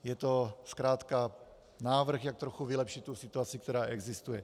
Je to zkrátka návrh, jak trochu vylepšit tu situaci, která existuje.